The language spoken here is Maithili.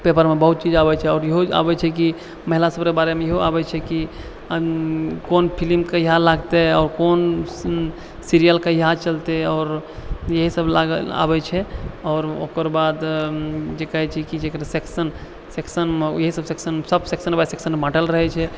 पेपरमे बहुत चीज आबै छै आओर इहो आबै छै की महिला सबके बारेमे इहो आबै छै की कोन फिल्म कहिया लागतै आओर कोन सीरीयल कहिया चलते आओर इहै सब आबै छै आओर ओकर बाद जे कहै छै की जे एकर सेक्शनमे इहे सब सेक्शनमे सब सेक्शनमे बाँटल रहै छै